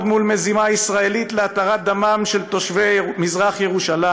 מול מזימה ישראלית להתרת דמם של תושבי מזרח-ירושלים.